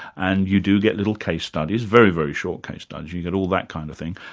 and you do get little case studies, very, very short case studies, you you get all that kind of thing,